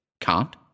Can't